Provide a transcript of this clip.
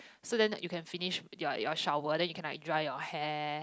so then you can finish your your shower then you can like dry your hair